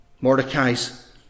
Mordecai's